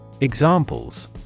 Examples